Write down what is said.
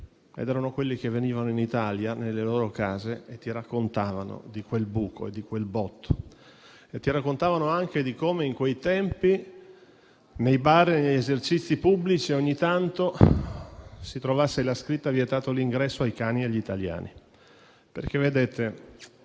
ed erano quelli che venivano in Italia nelle loro case e raccontavano di quel buco e di quel botto, ma anche di come a quei tempi nei bar e negli esercizi pubblici ogni tanto si trovasse la scritta «Vietato l'ingresso ai cani e agli italiani». Vedete,